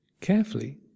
carefully